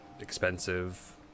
expensive